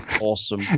Awesome